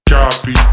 Copy